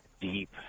deep